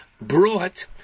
brought